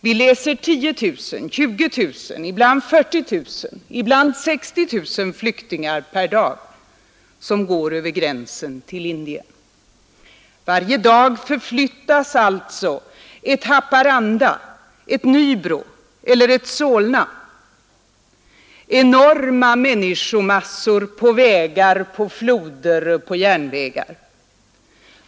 Vi läser om 10 000, 20 000 ibland 40 000, ibland 60 000 flyktingar per dag, som går över gränsen till Indien. Varje dag förflyttas alltså ett Haparanda, ett Nybro eller ett Solna, enorma människomassor på vägar, på floder och järnvägar.